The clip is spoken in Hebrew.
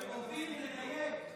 אופיר, תדייק.